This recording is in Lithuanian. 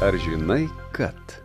ar žinai kad